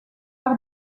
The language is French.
par